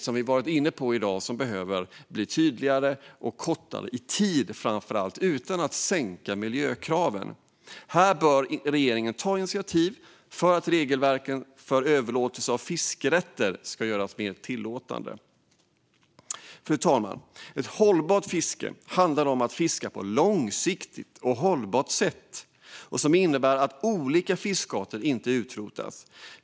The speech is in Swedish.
Vi har i dag varit inne på att regelverket behöver bli tydligare och ta mindre tid utan att miljökraven sänks. Regeringen bör ta initiativ till att regelverket för överlåtelse av fiskerätter görs mer tillåtande. Fru talman! Ett hållbart fiske handlar om att fiska på ett långsiktigt och hållbart sätt som innebär att olika fiskarter inte utrotas.